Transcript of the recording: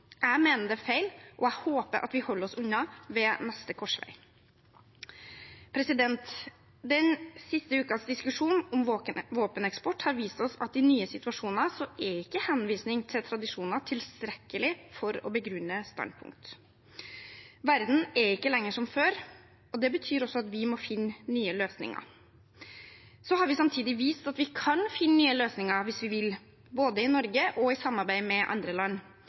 Jeg mener det er feil, og jeg håper at vi holder oss unna ved neste korsvei. Den siste ukens diskusjon om våpeneksport har vist oss at i nye situasjoner er ikke henvisning til tradisjoner tilstrekkelig for å begrunne et standpunkt. Verden er ikke lenger som før, og det betyr også at vi må finne nye løsninger. Så har vi samtidig vist at vi kan finne nye løsninger hvis vi vil, både i Norge og i samarbeid med andre land.